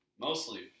Mostly